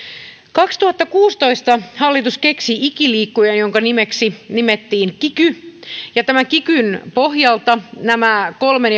kaksituhattakuusitoista hallitus keksi ikiliikkujan jonka nimeksi annettiin kiky ja tämän kikyn pohjalta nämä kolmen